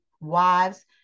wives